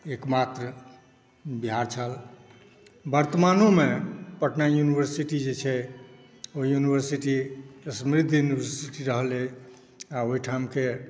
एक मात्र विधा छल वर्त्तमानोमे पटना इन्वर्सिटी जे छै ओहि इन्वर्सिटी समृद्ध इनवर्सिटी रहल एहि आ ओहिठामके